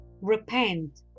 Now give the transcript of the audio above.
repent